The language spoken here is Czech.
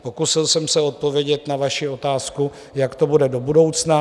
Pokusil jsem se odpovědět na vaši otázku, jak to bude do budoucna.